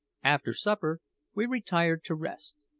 after supper we retired to rest,